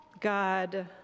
God